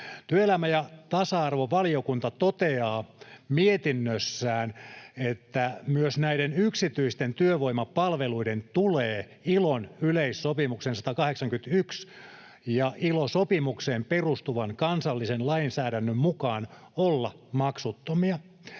Työelämä- ja tasa-arvovaliokunta toteaa mietinnössään, että myös näiden yksityisten työvoimapalveluiden tulee ILOn yleissopimuksen 181 ja ILO-sopimukseen perustuvan kansallisen lainsäädännön mukaan olla maksuttomia.